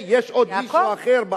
יעקב.